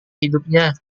hidupnya